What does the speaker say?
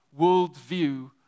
worldview